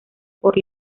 por